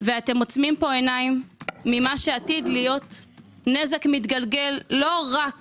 ואתם עוצמים פה עיניים ממה שעתיד להיות נזק מתגלגל לא רק